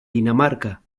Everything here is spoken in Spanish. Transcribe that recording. dinamarca